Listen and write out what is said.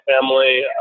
family